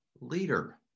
leader